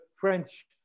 French